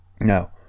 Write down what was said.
now